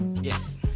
yes